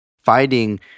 fighting